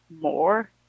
more